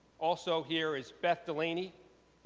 also here is beth delaney,